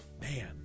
man